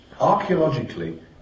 archaeologically